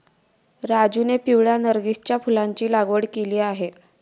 राजीवने पिवळ्या नर्गिसच्या फुलाची लागवड केली आहे